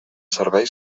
servei